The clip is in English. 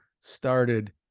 started